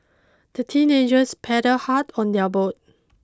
the teenagers paddled hard on their boat